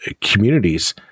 communities